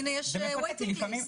הנה, יש רשימת המתנה.